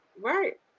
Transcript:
Right